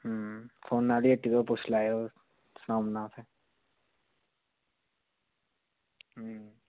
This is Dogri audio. फोनै आह्ली हट्टी सनाई ओड़ना उनें अं